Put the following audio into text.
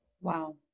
Wow